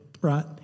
right